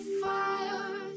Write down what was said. fire